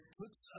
puts